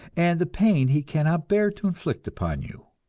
and the pain he cannot bear to inflict upon you.